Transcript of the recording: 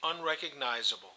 unrecognizable